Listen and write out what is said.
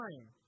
time